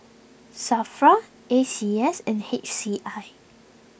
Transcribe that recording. Safra A C S and H C I